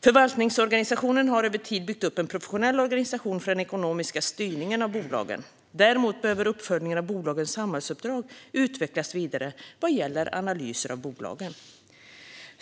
Förvaltningsorganisationen har över tid byggt upp en professionell organisation för den ekonomiska styrningen av bolagen. Däremot behöver uppföljningen av bolagens samhällsuppdrag utvecklas vidare vad gäller analyser av bolagen.